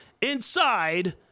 inside